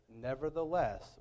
Nevertheless